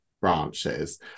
branches